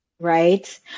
right